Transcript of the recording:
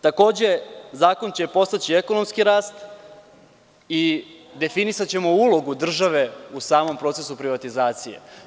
Takođe, zakon će podstaći ekonomski rast i definisaćemo ulogu države u samom procesu privatizacije.